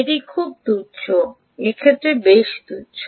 এটি খুব তুচ্ছ এক্ষেত্রে বেশ তুচ্ছ